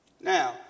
Now